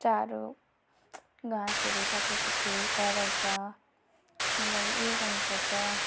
चारो घाँसहरू सकेपछि कराउँछ त्यसलाई उयो गर्नुपर्छ